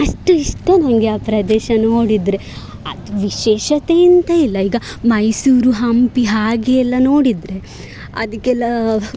ಅಷ್ಟು ಇಷ್ಟ ನನಗೆ ಆ ಪ್ರದೇಶ ನೋಡಿದರೆ ಅದು ವಿಶೇಷತೆ ಎಂಥ ಇಲ್ಲ ಈಗ ಮೈಸೂರು ಹಂಪಿ ಹಾಗೇ ಎಲ್ಲ ನೋಡಿದರೆ ಅದಕ್ಕೆಲ್ಲ